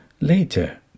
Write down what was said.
Later